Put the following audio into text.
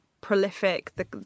prolific